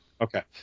Okay